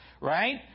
right